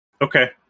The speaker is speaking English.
Okay